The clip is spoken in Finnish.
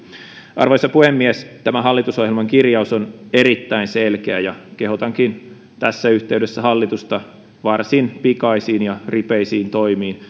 arvoisa puhemies tämä hallitusohjelman kirjaus on erittäin selkeä ja kehotankin tässä yhteydessä hallitusta varsin pikaisiin ja ripeisiin toimiin